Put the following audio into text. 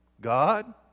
god